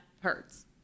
hurts